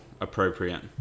appropriate